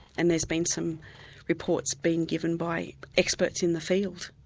and there's been some reports being given by experts in the field.